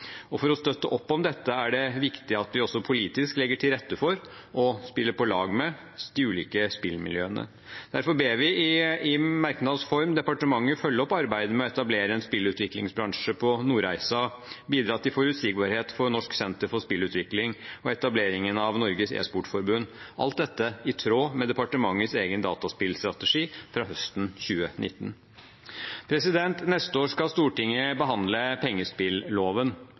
For å støtte opp om dette er det viktig at vi også politisk legger til rette for å spille på lag med de ulike spillmiljøene. Derfor ber vi i merknads form departementet følge opp arbeidet med å etablere en spillutviklingsbransje på Nordreisa, bidra til forutsigbarhet for Norsk Senter for Spillutvikling og etableringen av Norges E-sportforbund – alt dette i tråd med departementets egen dataspillstrategi fra høsten 2019. Neste år skal Stortinget behandle pengespilloven.